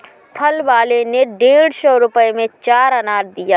फल वाले ने डेढ़ सौ रुपए में चार अनार दिया